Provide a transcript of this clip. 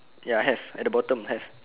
ya have at the bottom have